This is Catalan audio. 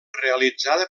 realitzada